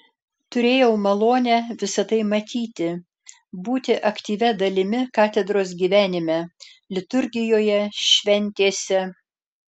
turėjau malonę visa tai matyti būti aktyvia dalimi katedros gyvenime liturgijoje šventėse